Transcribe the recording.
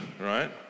Right